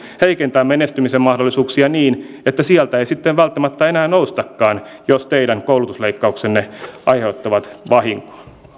heikentää menestymisen mahdollisuuksia niin että sieltä ei sitten välttämättä enää noustakaan jos teidän koulutusleikkauksenne aiheuttavat vahinkoa